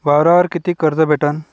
वावरावर कितीक कर्ज भेटन?